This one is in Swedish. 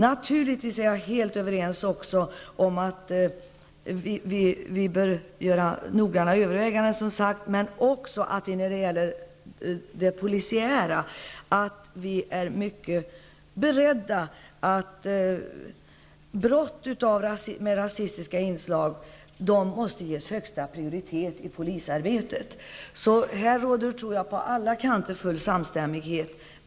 Naturligtvis håller jag också med om att vi måste vara beredda på att brott med rasistiska inslag måste ges högsta prioritet i polisarbetet. Här råder på alla kanter full samstämmighet.